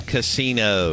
Casino